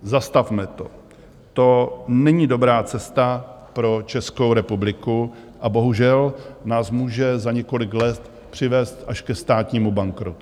Zastavme to, to není dobrá cesta pro Českou republiku a bohužel nás může za několik let přivést až ke státnímu bankrotu.